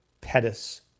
Pettis